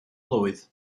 blwydd